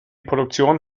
produktion